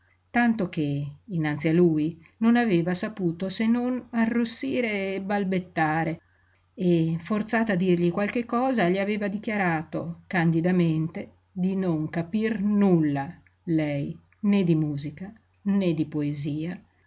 tanto che innanzi a lui non aveva saputo se non arrossire e balbettare e forzata a dirgli qualche cosa gli aveva dichiarato candidamente di non capir nulla lei né di musica né di poesia